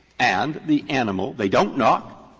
and the animal they don't knock.